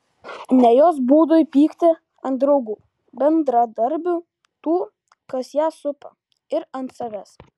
ne jos būdui pykti ant draugų bendradarbių tų kas ją supa ir ant savęs